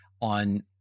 on